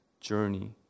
journey